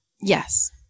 Yes